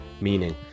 meaning